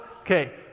Okay